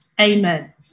Amen